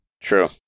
True